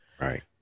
right